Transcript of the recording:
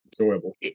enjoyable